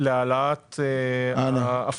מה שאתם מדברים על 25,